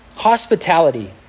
hospitality